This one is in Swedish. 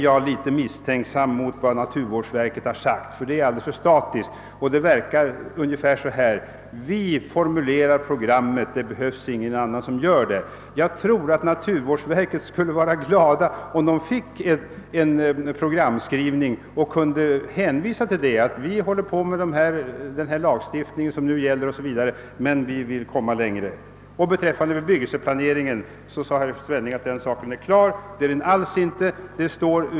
Vad naturvårdsverket uttalat om behovet av ett program är alldeles för statiskt. Det verkar som om man tänkte: »Det är inte nödvändigt att någon annan formulerar ett program.» Jag tycker att man inom naturvårdsverket borde vara glad för en programskrivning, så att man kunde hänvisa till att man vill komma längre än den lagstiftning som nu gäller. Beträffande <bebyggelseplaneringen sade herr Svenning att den frågan är klar. Det är den alls inte.